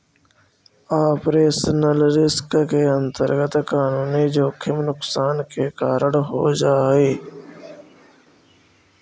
operational risk के अंतर्गत कानूनी जोखिम नुकसान के कारण हो जा हई